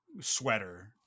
sweater